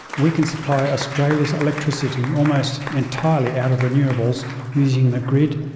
we can supply australia's electricity almost entirely out of renewables using the grid,